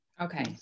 Okay